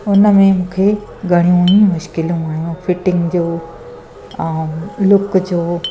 उनमें मूंखे घणियूं ई मुश्किलूं आहियूं फिटिंग जो ऐं लुक जो